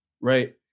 Right